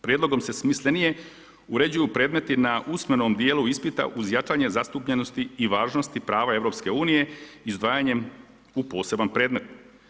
Prijedlogom se smislenije uređuju predmeti na usmenom djelu ispita uz jačanje zastupljenosti i važnosti prava EU-a izdvajanjem u poseban predmet.